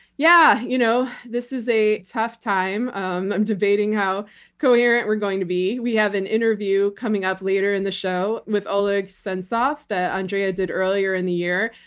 yeah, you know this is a tough time. um i'm debating how coherent we're going to be. we have an interview coming up later in the show with oleg sentsov that andrea did earlier in the year.